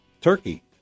turkey